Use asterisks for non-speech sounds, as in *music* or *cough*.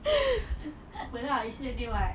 *laughs* tak apa lah still a name [what]